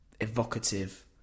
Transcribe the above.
evocative